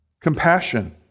Compassion